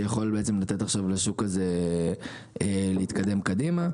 שיכול לתת עכשיו לשוק הזה להתקדם קדימה.